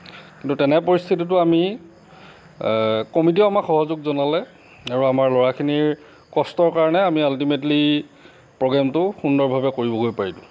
কিন্তু তেনে পৰিস্থিতিটো আমি কমিটিয়েও আমাক সহযোগ জনালে আৰু আমাৰ ল'ৰাখিনিৰ কষ্টৰ কাৰণে আমি আলটিমেটল্লি প্ৰ'গেমটো সুন্দৰভাৱে কৰিবগৈ পাৰিলোঁ